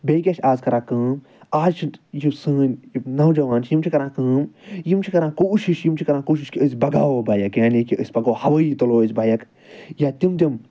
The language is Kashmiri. بیٚیہِ کیٛاہ چھِ آز کران کٲم آز چھِ یِم سٲنۍ نَوجوان چھِ یِم چھِ کران کٲم یِم چھِ کران کوٗشِش یِم چھِ کران کوٗشِش کہِ أسۍ بَغاوو بایک یعنی کہِ أسۍ پَکو ہَوٲیی تُلوٚو أسۍ بایک یا تِم یِم